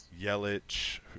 Yelich